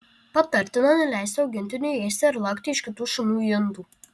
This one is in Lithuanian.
patartina neleisti augintiniui ėsti ar lakti iš kitų šunų indų